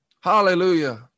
Hallelujah